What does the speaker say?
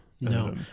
no